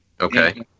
Okay